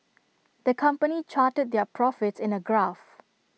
the company charted their profits in A graph